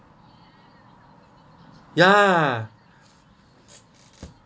ya